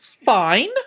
Fine